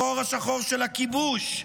החור השחור של הכיבוש,